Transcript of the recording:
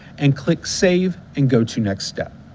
and click save and go to next step.